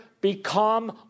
become